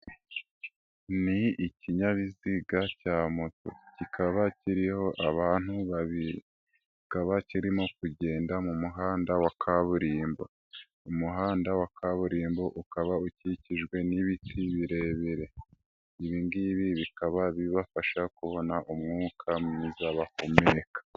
Ni ikinyabiziga cya moto kikaba kiriho abantu babiri kikaba kirimo kugenda mu muhanda wa kaburimbo umuhanda wa kaburimbo ukaba ukikijwe n'ibiti birebire, ibingibi bikaba bibafasha kubona umwuka mwiza bahumeka.